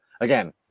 again